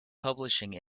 publishing